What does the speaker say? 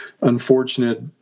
unfortunate